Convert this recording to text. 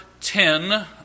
ten